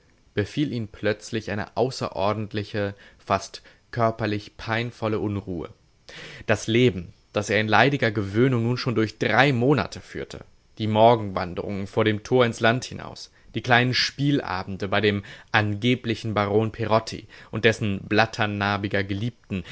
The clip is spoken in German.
befiel ihn plötzlich eine außerordentliche fast körperlich peinvolle unruhe das leben das er in leidiger gewöhnung nun schon durch drei monate führte die morgenwanderungen vor dem tor ins land hinaus die kleinen spielabende bei dem angeblichen baron perotti und dessen blatternarbiger geliebten